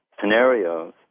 scenarios